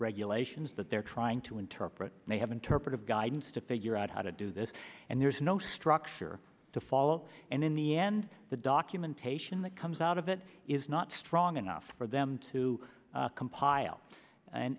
regulations that they're trying to interpret they have interpretive guidance to figure out how to do this and there's no structure to fall and in the end the documentation that comes out of it is not strong enough for them to compile and